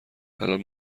الان